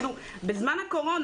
לא יכולים להיפגש בזום בזמן הקורונה?